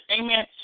amen